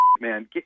man